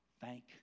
Thank